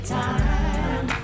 time